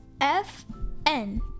F-N